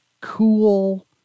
cool